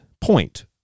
point